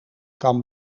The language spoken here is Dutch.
kan